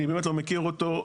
אני באמת לא מכיר אותו,